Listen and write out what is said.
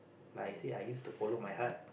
like I say I used to follow my heart